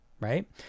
right